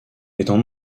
étant